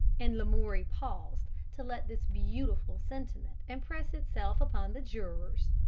and lamoury paused to let this beautiful sentiment impress itself upon the jurors.